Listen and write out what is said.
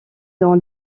dans